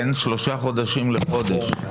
בין שלושה חודשים לחודש.